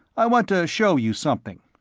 i want to show you something.